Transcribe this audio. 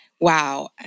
Wow